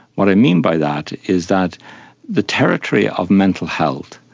what i mean by that is that the territory of mental health,